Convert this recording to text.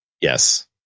Yes